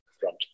front